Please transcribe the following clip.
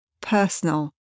personal